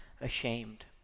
ashamed